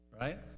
right